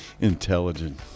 intelligent